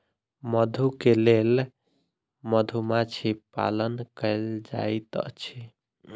मधु के लेल मधुमाछी पालन कएल जाइत अछि